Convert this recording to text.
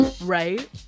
Right